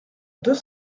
deux